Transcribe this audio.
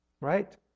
right